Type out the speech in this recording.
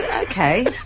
Okay